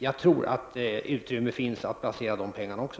Jag tror att det finns utrymme för att placera dessa pengar också.